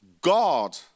God